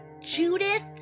Judith